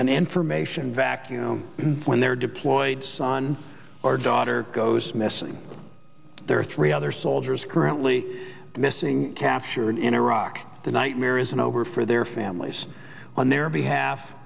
an information vacuum when their deployed son or daughter goes missing there are three other soldiers currently missing captured in iraq the nightmare isn't over for their families on their behalf